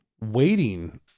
waiting